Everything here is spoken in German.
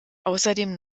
außerdem